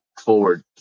forward